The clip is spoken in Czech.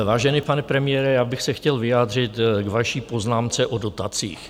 Vážený pane premiére, já bych se chtěl vyjádřit k vaší poznámce o dotacích.